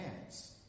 hands